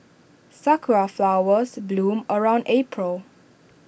Sakura Flowers bloom around April